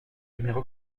numéro